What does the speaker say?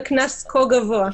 יקבלו קנס כה גבוה.